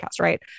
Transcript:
right